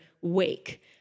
wake